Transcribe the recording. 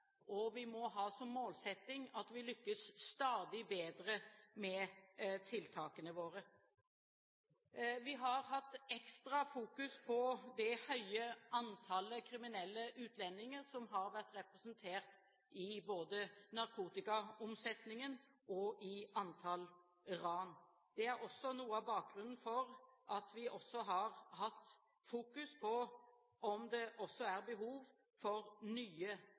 og vi må ha som målsetting å lykkes stadig bedre med tiltakene våre. Vi har hatt ekstra fokus på det høye antallet kriminelle utlendinger som har vært representert i både narkotikaomsetningen og i antall ran. Det er noe av bakgrunnen for at vi har hatt fokus på om det også er behov for nye